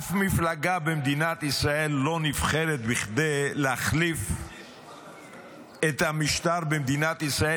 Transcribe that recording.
אף מדינה במדינת ישראל לא נבחרת כדי להחליף את המשטר במדינת ישראל,